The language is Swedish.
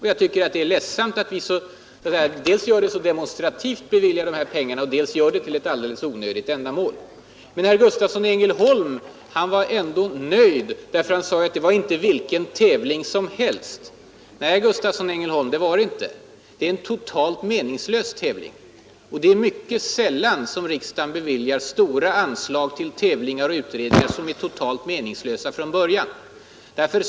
Jag tycker det är ledsamt att man så demonstrativt beviljar dessa pengar till ett alldeles onödigt ändamål. Herr Gustavsson i Ängelholm är ändå nöjd. Han säger att det var ”inte en tävling vilken som helst”. Nej, herr Gustavsson i Ängelholm, det är det inte. Det är en totalt meningslös tävling! Det är mycket sällan riksdagen beviljar stora pengar till tävlingar och utredningar som är helt meningslösa från början.